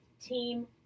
team